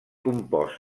compost